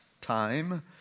time